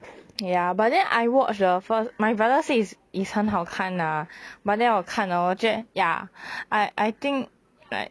ya but then I watched the first my brother say is is 很好看 lah but then 我看 hor 我觉 ya I I think like